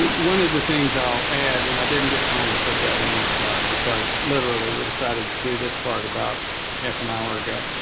one of the things i'll add and i didn't get time to put that in the slide because literally we decided to do this part about half an hour ago